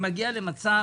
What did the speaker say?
זה בא למצב